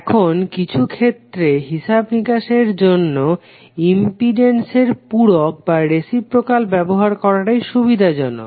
এখন কিছুক্ষেত্রে হিসাব নিকাশের জন্য ইম্পিডেন্স এর পূরক ব্যবহার করাটাই সুবিধাজনক